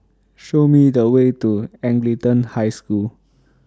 Show Me The Way to Anglican High School